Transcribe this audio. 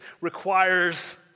requires